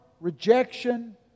rejection